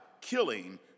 killing